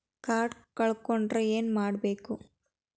Card ಕಳ್ಕೊಂಡ್ರ ಏನ್ ಮಾಡಬೇಕು?